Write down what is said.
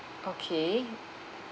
okay